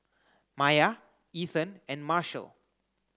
Maiya Ethen and Marshall